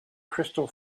crystal